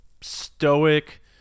stoic